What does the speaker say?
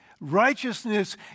Righteousness